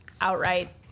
outright